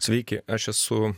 sveiki aš esu